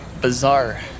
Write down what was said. bizarre